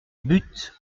but